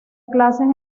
clases